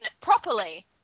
properly